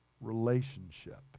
relationship